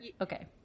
Okay